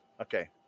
Okay